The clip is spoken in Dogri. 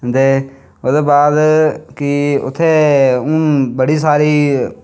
ते ओह्दे बाद की उत्थें हून बड़ी सारी